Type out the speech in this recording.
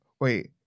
wait